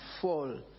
fall